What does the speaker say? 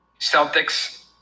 Celtics